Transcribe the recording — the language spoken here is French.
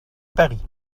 paris